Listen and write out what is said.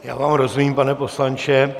Já vám rozumím, pane poslanče.